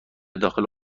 داخل